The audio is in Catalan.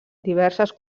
diverses